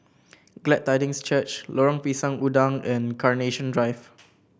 Glad Tidings Church Lorong Pisang Udang and Carnation Drive